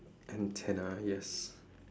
antenna yes